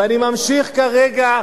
ואני ממשיך כרגע,